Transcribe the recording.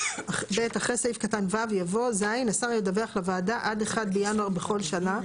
אחרי סעיף קטן (א) יבוא: "(ז) השר ידווח לוועדה עד 1 בינואר בכל שנה,